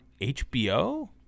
HBO